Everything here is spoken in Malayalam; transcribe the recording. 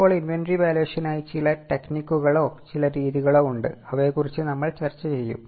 ഇപ്പോൾ ഇന്വെന്ററി വാല്യുവേഷനായി ചില ടെക്നിക്കുകളോ ചില രീതികളോ ഉണ്ട് അവയെക്കുറിച്ച് നമ്മൾ ചർച്ച ചെയ്യും